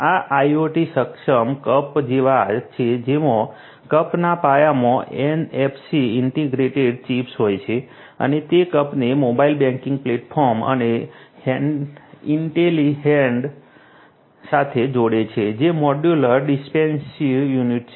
આ IoT સક્ષમ cup જેવા છે જેમાં કપના પાયામાં NFC ઈન્ટિગ્રેટેડ ચિપ્સ હોય છે અને તે કપને મોબાઈલ બેંકિંગ પ્લેટફોર્મ અને ઈન્ટેલિહેડ સાથે જોડે છે જે મોડ્યુલર ડિસ્પેન્સિંગ યુનિટ છે